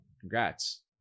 congrats